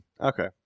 Okay